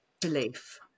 belief